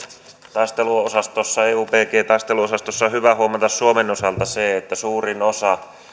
taisteluosastossa eubg taisteluosastossa on hyvä huomata suomen osalta se että suurin osa